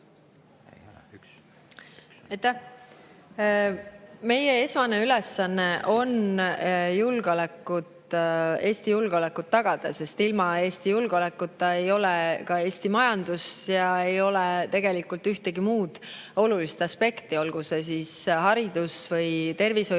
Meie esmane ülesanne on tagada Eesti julgeolek, sest ilma julgeolekuta ei ole ka Eesti majandust ja ei ole tegelikult ühtegi muud olulist aspekti, olgu see siis haridus‑ või tervishoiukorraldus.